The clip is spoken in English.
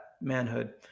manhood